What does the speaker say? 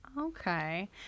Okay